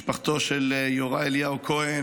משפחתו של יוראי אליהו כהן,